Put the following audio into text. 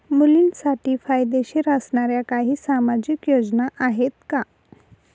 मुलींसाठी फायदेशीर असणाऱ्या काही सामाजिक योजना आहेत का?